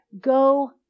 Go